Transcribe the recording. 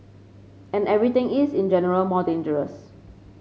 and everything is in general more dangerous